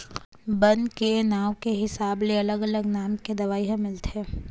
बन के नांव के हिसाब ले अलग अलग नाम के दवई ह मिलथे